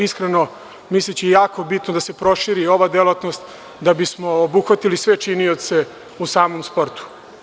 Iskreno, mislim da je jako bitno da se proširi ova delatnost da bismo obuhvatili sve činioce u samom sportu.